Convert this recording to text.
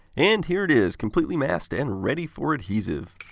and here it is, completely masked and ready for adhesive.